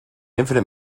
infinite